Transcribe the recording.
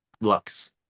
Lux